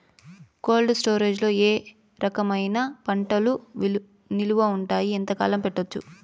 Cold storage లో ఏ రకమైన పంటలు నిలువ ఉంటాయి, ఎంతకాలం పెట్టొచ్చు?